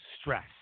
stress